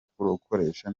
kurukoresha